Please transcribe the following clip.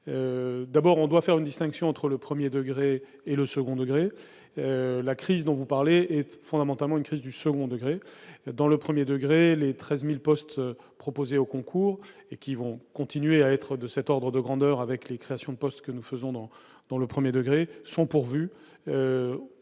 d'abord, on doit faire une distinction entre le 1er degré et le second degré, la crise dont vous parlez est fondamentalement une crise du second degré dans le 1er degré les 13000 postes proposés aux concours et qui vont continuer à être de cet ordre de grandeur avec les créations de postes que nous faisons dans dans le 1er degré sont pourvus,